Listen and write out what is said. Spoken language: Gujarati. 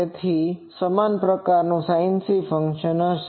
તેથી તે સમાન પ્રકારનું sinc ફંક્શન હશે